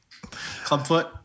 Clubfoot